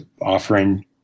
offering